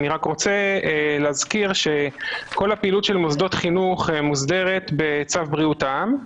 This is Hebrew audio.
אני רק רוצה להזכיר כל הפעילות של מוסדות חינוך מוסדרת בצו בריאות העם.